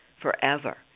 forever